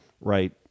Right